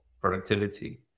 productivity